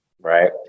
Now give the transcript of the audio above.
right